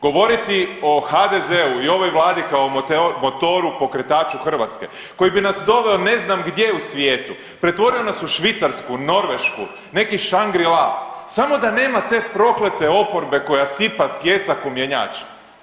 Govoriti o HDZ-u i ovoj vladi kao o motoru pokretaču Hrvatske koji bi nas doveo ne znam gdje u svijetu, pretvorio nas u Švicarsku, Norvešku, neki Shangri-la samo da nema te proklete oporbe koja sipa pijesak u mjenjač.